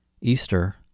Easter